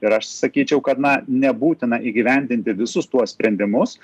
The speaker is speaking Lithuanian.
ir aš sakyčiau kad na nebūtina įgyvendinti visus tuos sprendimus